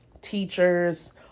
teachers